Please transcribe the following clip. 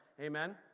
Amen